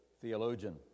theologian